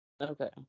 Okay